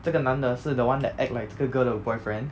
这个男的是 the one that act like 这个 girl 的 boyfriend